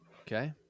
Okay